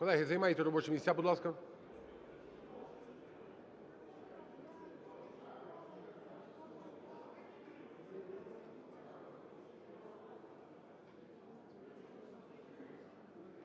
Колеги, займайте робочі місця, будь ласка.